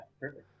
perfect